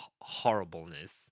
horribleness